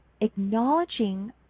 acknowledging